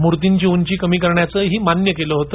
मुर्तीची उंची कमी करण्याचही मान्य केल होत